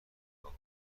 کنم